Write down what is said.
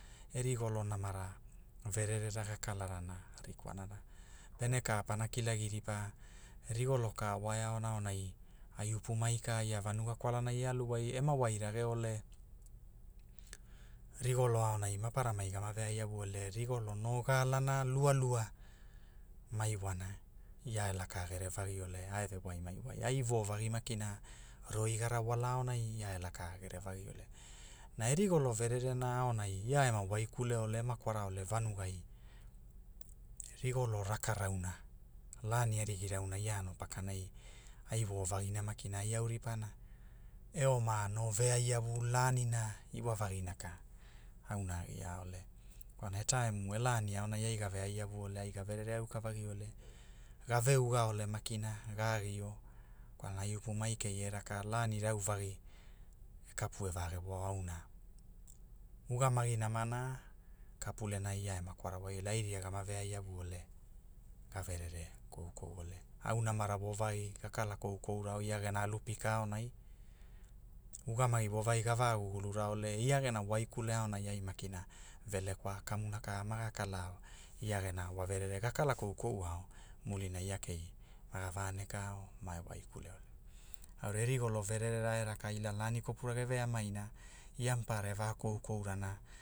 E rigolo namara, vererera ga kalarana, rikwanana, pene ka pana kilagi ripa, rigolo ka wa e aona aonai ai upumai ka ia vanuga kwalana e alu wai ema wai rage ole, rigolo aonai maparamai gama ve ai iavu ole rigolo no gaalana lualua maiwana, ia e laka gere vagi ole a e ve wai mai wai ai vovagi makina, roi gara wala aonai ia e laka gerevagiole, na e rigolo vererena aonai ia ema waikule ole kwara ole vanugai, rigolo raka rauna, lani arigi rauna ia ano pakana ai vovagi makina ai au ripana, e oma no vea iavulanina iwavagina ka, auna a gia ole, kwalana e taemu e lani aonai ai gave ai avu ole ai gaverere aukavagi ole, gaveuga ole makina ga agio, kwalana ai upumai kei e raka lani rauvagi, e vagevoa auna, ugamagi namana, kapulenai ia ema kwara wai- ai ria gama veai ole, gaverere kou kpu ole, au namara wo vagi ga kala koukourao ia gena alu pika aonai, ugamagi wo vagi gava gugulura ole ia gena waikule aonai ai makina, velekwa kamuna ka maga kalao, ia gena wa verere ga kala koukouao, mulinai ia kei, maga vanekao, ma e waikule ole, aurai e rigolo verera a raka ila lani kopura ge veamaina ia mapara e va koukou rana.